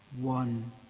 one